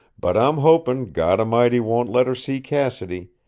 but i'm hopin' god a'mighty won't let her see cassidy.